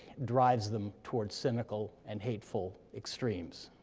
drives them towards cynical and hateful extremes.